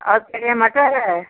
और पीले मटर है